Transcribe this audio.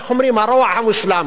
הרוע עצמו.